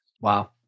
Wow